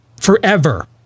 Forever